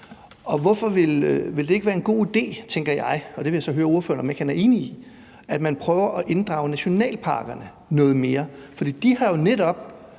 hvorfor ville det ikke være en god idé, tænker jeg? Så derfor vil jeg høre ordføreren, om ikke han er enig i, at man prøver at inddrage nationalparkerne noget mere, for som også